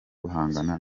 guhangana